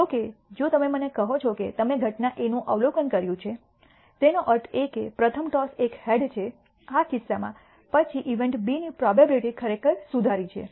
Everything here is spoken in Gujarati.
જો કે જો તમે મને કહો છો કે તમે ઘટના A અવલોકન કર્યું છે તેનો અર્થ એ કે પ્રથમ ટોસ એક હેડ છે આ કિસ્સામાં પછી ઇવેન્ટ બીની પ્રોબેબીલીટી ખરેખર સુધારી છે